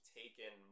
taken